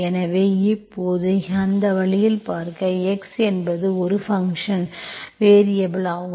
எனவே இப்போது அந்த வழியில் பார்க்க x என்பது ஒரு ஃபங்க்ஷன் வேரியபல் ஆகும்